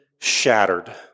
shattered